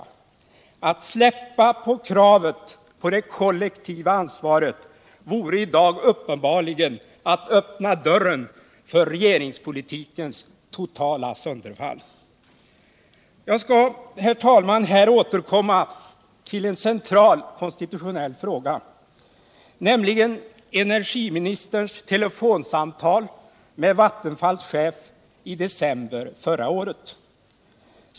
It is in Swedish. Att släppa kravet på det kollektiva ansvaret vore i dag uppenbarligen att öppna dörren för regeringspolitikens totala sönderfall. Jag skall, herr talman, här återkomma till en central konstitutionell fråga, nämligen energiministerns telefonsamtal med Vattenfalls chef i december förra året.